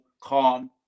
calm